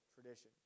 tradition